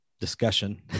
discussion